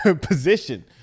position